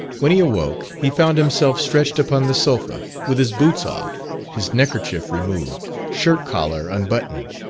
when he awoke, he found himself stretched upon the sofa, with his boots off, his neckerchief removed, shirt collar unbuttoned,